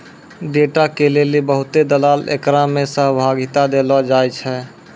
data के लेली बहुते दलाल एकरा मे सहभागिता देलो जाय छै